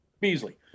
Beasley